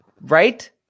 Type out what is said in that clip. right